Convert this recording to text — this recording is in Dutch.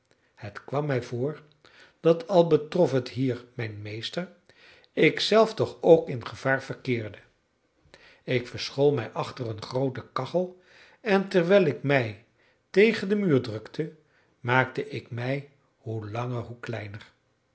het kwam mij voor dat al betrof het hier mijn meester ik zelf toch ook in gevaar verkeerde ik verschool mij achter een groote kachel en terwijl ik mij tegen den muur drukte maakte ik mij hoe langer hoe kleiner